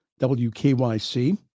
WKYC